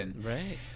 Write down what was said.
Right